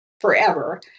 forever